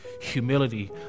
humility